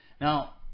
Now